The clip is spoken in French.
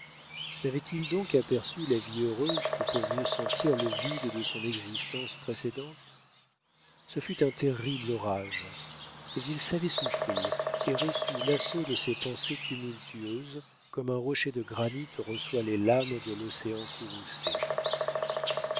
n'avait-il donc aperçu la vie heureuse que pour mieux sentir le vide de son existence précédente ce fut un terrible orage mais il savait souffrir et reçut l'assaut de ses pensées tumultueuses comme un rocher de granit reçoit les lames de l'océan courroucé